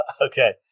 Okay